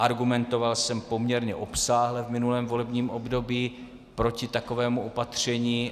Argumentoval jsem poměrně obsáhle v minulém volebním období proti takovému opatření.